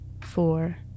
four